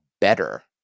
better